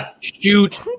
shoot